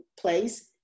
place